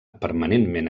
permanentment